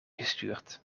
gestuurd